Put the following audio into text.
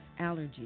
allergies